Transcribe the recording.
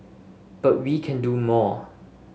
but we can do more